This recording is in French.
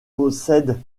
possède